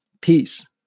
Peace